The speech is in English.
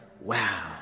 wow